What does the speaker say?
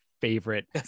favorite